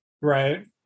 Right